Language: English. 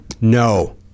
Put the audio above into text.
No